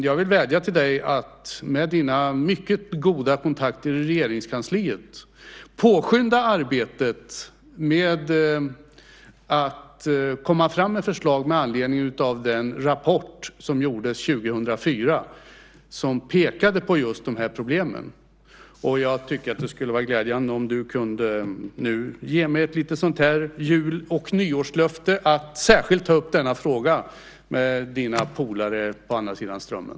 Jag vill vädja till dig att med dina mycket goda kontakter i Regeringskansliet påskynda arbetet med att komma fram med förslag med anledning av den rapport som gjordes 2004 som pekade på dessa problem. Det skulle vara glädjande om du kunde ge mig ett jul och nyårslöfte att särskilt ta upp denna fråga med dina polare på andra sidan Strömmen.